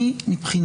לגבי